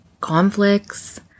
conflicts